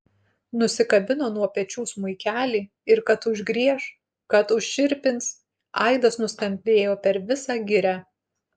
nusikabino nuo pečių smuikelį ir kad užgrieš kad užčirpins aidas nuskambėjo per visą girią